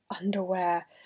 underwear